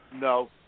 No